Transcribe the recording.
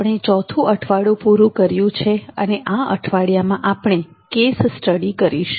આપણે ચોથું અઠવાડિયું પૂરું કર્યું છે અને આ અઠવાડિયામાં આપણે કેસ સ્ટડી કરીશું